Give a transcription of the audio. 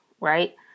right